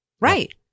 Right